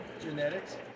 Genetics